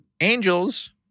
angels